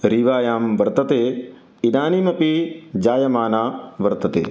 रीवायां वर्तते इदानीमपि जायमाना वर्तते